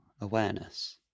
awareness